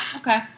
okay